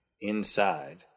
Inside